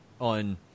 on